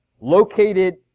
located